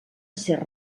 ser